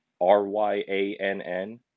r-y-a-n-n